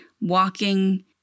walking